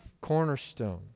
cornerstone